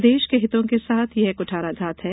प्रदेश के हितों के साथ यह कुठाराघात है